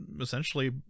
essentially